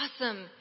awesome